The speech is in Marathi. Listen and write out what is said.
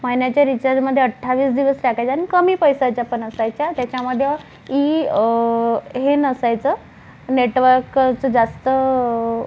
महिन्याच्या रिचार्जमध्ये अठ्ठावीस दिवस टाकायचा अन् कमी पैशाचा पण असायचा त्याच्याध्येही हे नसायचं नेटवर्क असं जास्त